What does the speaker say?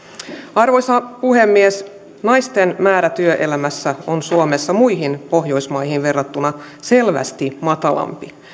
arvoisa puhemies naisten määrä työelämässä on suomessa muihin pohjoismaihin verrattuna selvästi matalampi